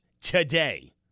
today